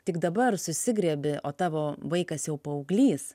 tik dabar susigriebi o tavo vaikas jau paauglys